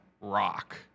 rock